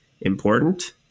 important